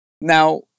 Now